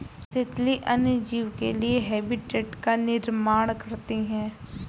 तितली अन्य जीव के लिए हैबिटेट का निर्माण करती है